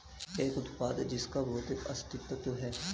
एक उत्पाद जिसका भौतिक अस्तित्व है?